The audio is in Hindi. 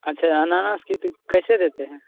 अच्छा अनारस कित कैसे देते हैं